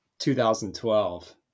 2012